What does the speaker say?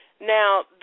Now